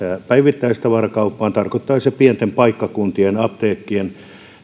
päivittäistavarakauppaan tarkoittaa se pienten paikkakuntien apteekkien